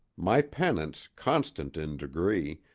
my penance, constant in degree,